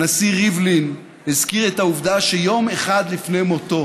הנשיא ריבלין הזכיר את העובדה שיום אחד לפני מותו